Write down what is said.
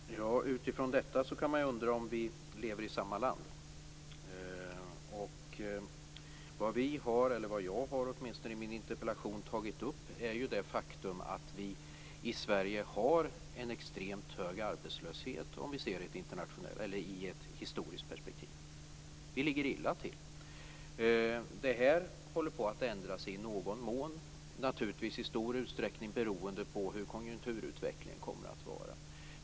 Fru talman! Utifrån detta kan man ju undra om vi lever i samma land. Vad jag har tagit upp i min interpellation är det faktum att vi i Sverige har en extremt hög arbetslöshet, sett i ett historiskt perspektiv. Vi ligger illa till. Detta förhållande håller på att ändras i någon mån, naturligtvis i stor utsträckning beroende på hur konjunkturutvecklingen kommer att vara.